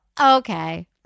okay